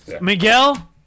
Miguel